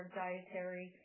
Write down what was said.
dietary